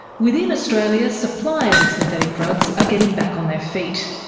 within australia, suppliers of synthetic drugs are getting back on their feet.